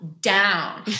down